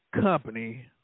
company